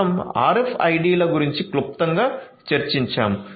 మనం RFID ల గురించి క్లుప్తంగా చర్చించాము